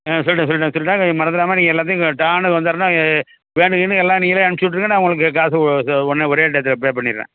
ஆ சொல்டேன் சொல்டேன் சொல்டேன் நீங்கள் மறந்துறாமல் நீங்கள் எல்லாத்தையும் இங்கே டான்னு வந்துடணும் வேன் கீனு எல்லாம் நீங்களே அனுப்சிவிட்ருங்க நான் உங்களுக்கு காசு உடனே ஒரே டைத்தில் பே பண்ணிடுறேன்